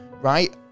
right